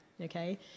okay